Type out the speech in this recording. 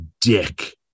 dick